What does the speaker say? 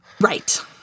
Right